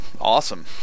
Awesome